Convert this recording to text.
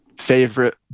favorite